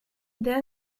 then